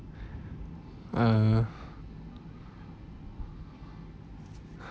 uh